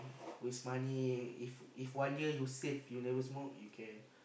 waste money if if one year you save you never smoke you can